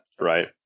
Right